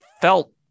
felt